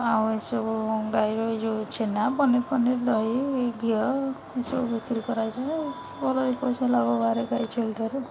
ଆଉ ଏସବୁ ଗାଈର ଏଇ ଯେଉଁ ଛେନା ପନିର ପନିର ଦହି ଘିଅ ଏସବୁ ବିକ୍ରି କରାଯାଇଥାଏ ଘର ଏଇ ପଇସା ଲାଗେ ଗାଈ ଛେଳି ଠାରୁ